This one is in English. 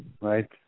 right